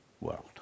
world